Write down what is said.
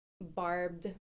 barbed